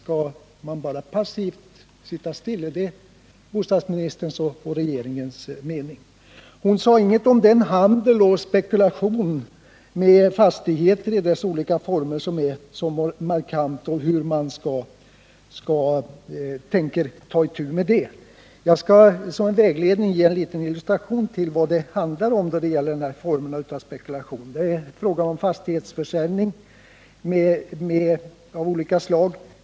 Skall man bara passivt sitta still? Är det bostadsministerns och regeringens mening? Hon sade ingenting om den handel och spekulation med fastigheter i olika former som varit markant och hur man tänker ta itu med det. Jag skall som vägledning ge en liten illustration till vad det handlar om när det gäller dessa former av spekulation. Det är fråga om fastighetsförsäljning av olika slag.